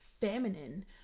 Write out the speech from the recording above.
feminine